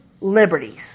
liberties